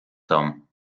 tom